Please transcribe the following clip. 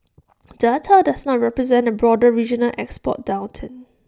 data does not represent A broader regional export downturn